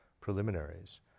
preliminaries